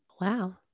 Wow